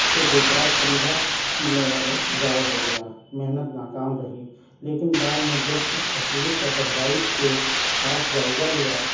تو بیکار سمجھا کہ میرا وقت ضائع ہو گیا محنت ناکام رہی لیکن بعد میں جب اس تصویر کا گہرائی کے ساتھ جائزہ لیا